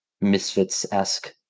misfits-esque